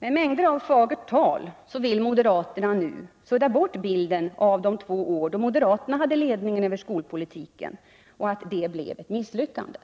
Med mängder av fagert tal vill moderaterna nu sudda bort bilden av de två åren då moderaterna hade ledningen över skolpolitiken, som blev ett misslyckande.